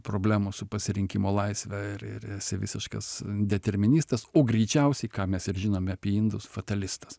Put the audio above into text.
problemų su pasirinkimo laisve esi visiškas deterministas greičiausiai ką mes ir žinome apie indus fatalistas